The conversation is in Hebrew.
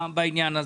בעניין.